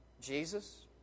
Jesus